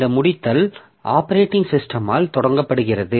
இந்த முடித்தல் ஆப்பரேட்டிங் சிஸ்டமால் தொடங்கப்படுகிறது